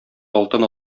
алтын